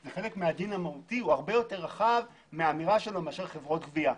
חלק מהדין המהותי הוא הרבה יותר רחב מאשר האמירה לגבי חברות גבייה.